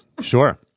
sure